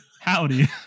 Howdy